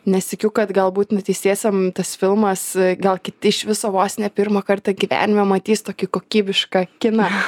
nes tikiu kad galbūt nuteistiesiem tas filmas gal kiti iš viso vos ne pirmą kartą gyvenime matys tokį kokybišką kiną